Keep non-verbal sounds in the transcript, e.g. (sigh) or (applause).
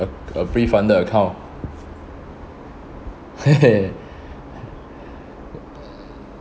a a prefunded account (laughs)